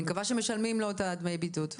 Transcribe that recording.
אני מקווה שמשלמים לו את הדמי בידוד.